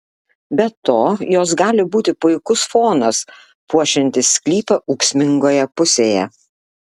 be to jos gali būti puikus fonas puošiantis sklypą ūksmingoje pusėje